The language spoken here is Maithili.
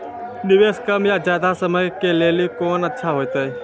निवेश कम या ज्यादा समय के लेली कोंन अच्छा होइतै?